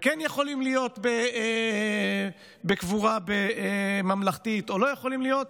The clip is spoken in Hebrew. והם כן יכולים להיות בקבורה ממלכתית או לא יכולים להיות.